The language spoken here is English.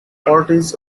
ortiz